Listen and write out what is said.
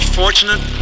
fortunate